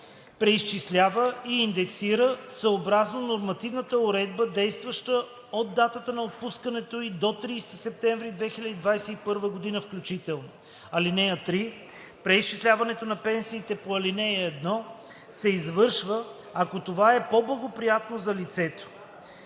преизчислява и индексира съобразно нормативната уредба, действаща от датата на отпускането ѝ до 30 септември 2021 г. включително. (3) Преизчисляването на пенсиите по ал. 1 се извършва, ако това е по-благоприятно за лицето.“